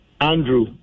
Andrew